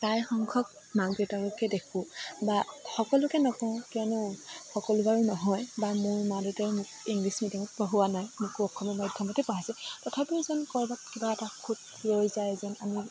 প্ৰায় সংখ্যক মাক দেউতাককে দেখোঁ বা সকলোকে নকওঁ কিয়নো সকলো বাৰু নহয় বা মোৰ মা দেউতায়ো মোক ইংলিছ মিডিয়ামত পঢ়োৱা নাই মোকো অসমীয়া মাধ্যমতে পঢ়াইছে তথাপিও যেন ক'ৰবাত কিবা এটা খুট ৰৈ যায় যেন আমি